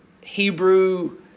hebrew